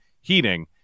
heating